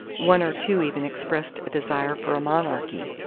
one or two even expressed a desire for a monarchy.